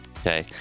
Okay